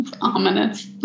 Ominous